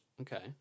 Okay